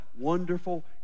wonderful